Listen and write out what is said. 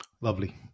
Lovely